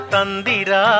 Tandira